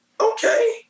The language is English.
Okay